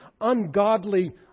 ungodly